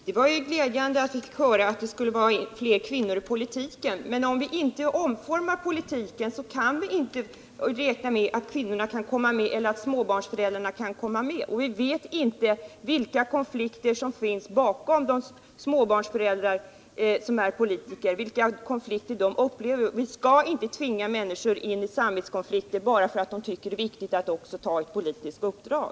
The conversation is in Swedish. Herr talman! Det var glädjande att höra att Sven-Erik Nordin anser att det skall vara fler kvinnor i politiken. Men om vi inte omformar politiken kan vi inte räkna med att småbarnsföräldrar eller kvinnor över huvud taget kan komma med. Vi vet inte vilka konflikter småbarnsföräldrar som är politiker upplever. Vi skall inte tvinga människor in i samvetskonflikter bara för att de tycker att det är viktigt att också ta ett politiskt uppdrag.